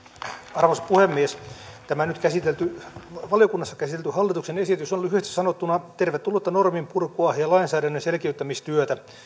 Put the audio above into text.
arvoisa puhemies tämä nyt valiokunnassa käsitelty hallituksen esitys on lyhyesti sanottuna tervetullutta norminpurkua ja lainsäädännön selkiyttämistyötä